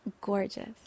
gorgeous